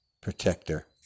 protector